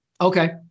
Okay